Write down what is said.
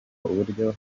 uburyo